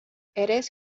eres